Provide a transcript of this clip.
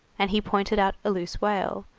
and he pointed out a loose whale,